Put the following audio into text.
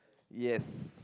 yes